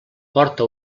porta